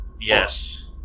Yes